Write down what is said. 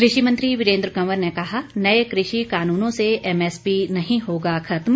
कृषि मंत्री वीरेन्द्र कंवर ने कहा नए कृषि कानूनों से एमएसपी नहीं होगा खत्म